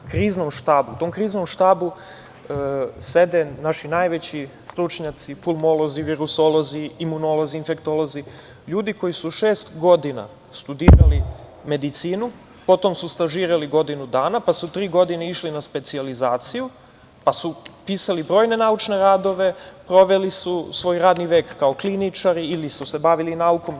U Kriznom štabu sede naši najveći stručnjaci, pulmolozi, virusolozi, imunolozi, infektolozi, ljudi koji su šest godina studirali medicinu, potom su stažirali godinu dana, pa su tri godine išli na specijalizaciju, pa su pisali brojne naučne radove, proveli su svoj radni vek kao kliničari ili su se bavili naukom.